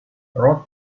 rod